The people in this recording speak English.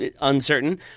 uncertain